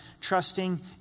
trusting